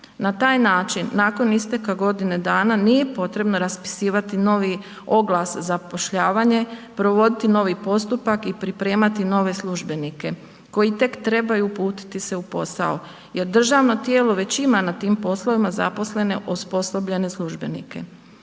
Na taj način nakon isteka godine dana nije potrebno raspisivati novi oglas zapošljavanje, provoditi novi postupak i pripremati nove službenike koji tek trebaju uputiti se u posao jer državno tijelo već ima na tim poslovima zaposlene, osposobljene službenike.